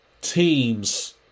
teams